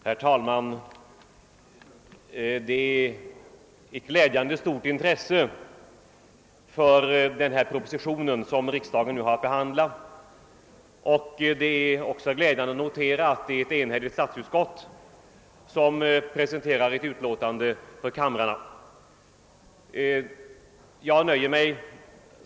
Herr talman! Det är ett glädjande stort intresse för den proposition som riksdagen nu behandlar. Det är också glädjande att notera att det är ett enhälligt statsutskott som presenterat sitt utlåtande för kamrarna.